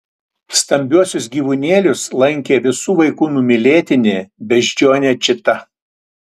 stambiuosius gyvūnėlius lankė visų vaikų numylėtinė beždžionė čita